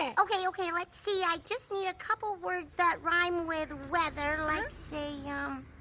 and okay, okay, let's see. i just need a couple words that rhyme with weather, like say, yeah um.